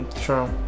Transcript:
True